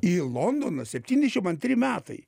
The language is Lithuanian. į londoną septyniasdešim antri metai